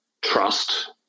trust